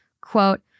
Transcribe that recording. quote